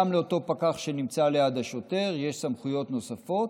לאותו פקח שנמצא ליד השוטר יש סמכויות נוספות,